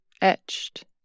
etched